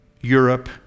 Europe